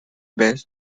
basic